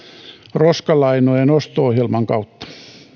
roskalainojen osto ohjelman kautta eikä